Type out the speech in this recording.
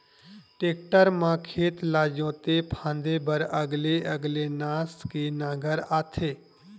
tractor म खेत ला जोते फांदे बर अलगे अलगे नास के नांगर आथे